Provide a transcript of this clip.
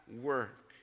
work